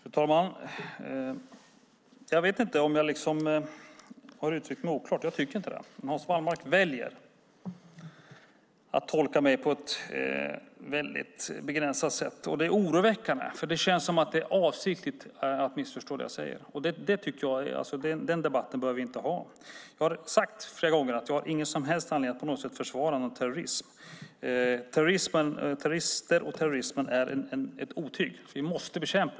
Fru talman! Jag vet inte om jag har uttryckt mig oklart. Jag tycker inte det. Men Hans Wallmark väljer att tolka mig på ett väldigt begränsat sätt. Det är oroväckande, för det känns som att det är avsiktligt att missförstå det jag säger. Den debatten bör vi inte ha. Jag har sagt flera gånger att jag inte har någon som helst anledning att på något sätt försvara någon terrorism. Terrorister och terrorismen är ett otyg som vi måste bekämpa.